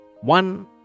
one